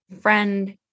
friend